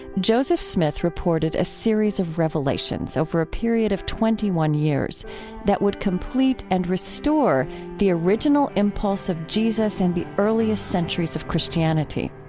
joseph smith reported a series of revelations over a period of twenty one years that would complete and restore the original impulse of jesus in and the earliest centuries of christianity.